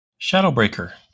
Shadowbreaker